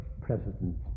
president